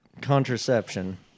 Contraception